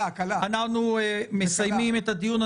אנחנו מסיימים את הדיון.